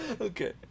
Okay